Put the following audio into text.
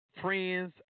friends